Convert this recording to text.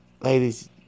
Ladies